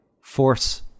force